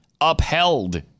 upheld